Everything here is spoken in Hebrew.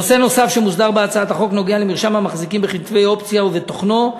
נושא נוסף שמוסדר בהצעת החוק נוגע למרשם המחזיקים בכתבי אופציה ותוכנו,